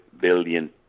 billion